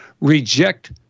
reject